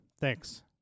Thanks